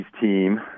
team